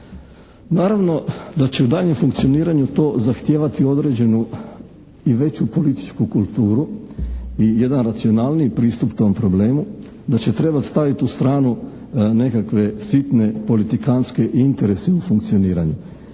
Naravno da će u daljnjem funkcioniranju to zahtijevati određenu i veću političku kulturu i jedan racionalniji pristup tom problemu. Da će trebati staviti u stranu nekakve sitne politikantske interese u funkcioniranju.